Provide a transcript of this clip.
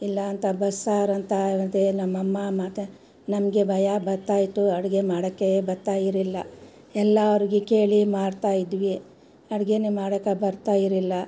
ಇಲ್ಲಾಂತ ಬಸ್ಸಾರಂತ ಮತ್ತು ನಮ್ಮಅಮ್ಮ ಮಾಡ್ತಾ ನಮಗೆ ಭಯ ಬತ್ತಾಯಿತ್ತು ಅಡಿಗೆ ಮಾಡಕ್ಕೇ ಬತ್ತಾಯಿರಿಲ್ಲ ಎಲ್ಲಾವ್ರಿಗೆ ಕೇಳಿ ಮಾಡ್ತಾಯಿದ್ವಿ ಅಡಿಗೆ ಮಾಡಕ ಬರ್ತಾಯಿರಿಲ್ಲ